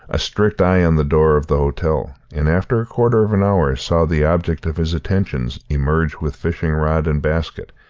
a strict eye on the door of the hotel, and after a quarter of an hour saw the object of his attentions emerge with fishing-rod and basket,